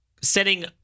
setting